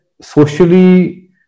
socially